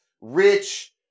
rich